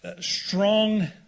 strong